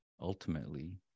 ultimately